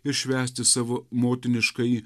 ir švęsti savo motiniškąjį